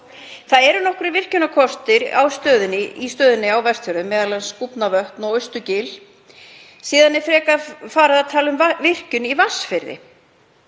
Það eru nokkrir virkjunarkostir í stöðunni á Vestfjörðum, m.a. Skúfnavötn og Austurgil. Síðan er farið að tala um virkjun í Vatnsfirði.